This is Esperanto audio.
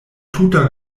tuta